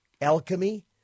alchemy